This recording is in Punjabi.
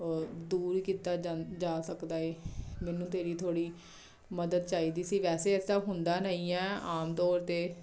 ਦੂਰ ਕੀਤਾ ਜਾਂਨ ਜਾ ਸਕਦਾ ਹੈ ਮੈਨੂੰ ਤੇਰੀ ਥੋੜ੍ਹੀ ਮਦਦ ਚਾਹੀਦੀ ਸੀ ਵੈਸੇ ਇੱਦਾਂ ਹੁੰਦਾ ਨਹੀਂ ਹੈ ਆਮ ਤੌਰ 'ਤੇ